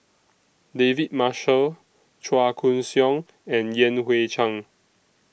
David Marshall Chua Koon Siong and Yan Hui Chang